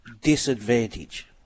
disadvantage